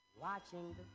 watching